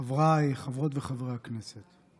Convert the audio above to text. חבריי, חברות וחברי הכנסת,